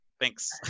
thanks